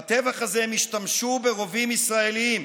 בטבח הזה הם השתמשו ברובים ישראליים.